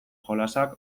jolasak